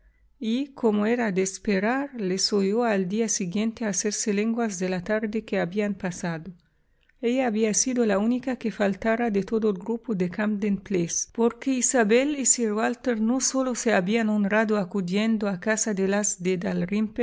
y como era de esperar les oyó al día siguiente hacerse lenguas de la tarde que habían pasado ella había sido la única que faltara de todo el grupo de camden place porque isabel y sir walter no sólo se habían honrado acudiendo a casa de las